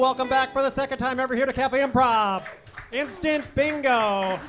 welcome back for the second time ever here to